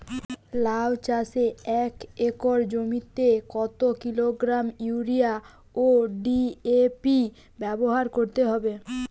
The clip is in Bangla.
লাউ চাষে এক একর জমিতে কত কিলোগ্রাম ইউরিয়া ও ডি.এ.পি ব্যবহার করতে হবে?